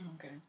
Okay